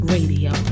Radio